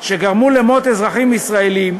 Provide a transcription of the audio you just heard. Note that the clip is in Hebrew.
שגרמו למות אזרחים ישראלים,